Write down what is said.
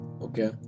okay